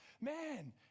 man